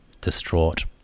distraught